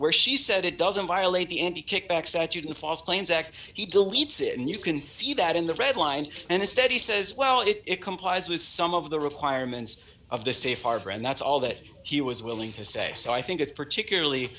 where she said it doesn't violate the n t kickback statute in false claims act he deletes it and you can see that in the red line and instead he says well it complies with some of the requirements of the safe harbor and that's all that he was willing to say so i think it's particularly